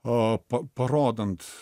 a pa parodant